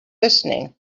listening